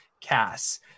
Cass